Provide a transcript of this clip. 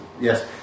Yes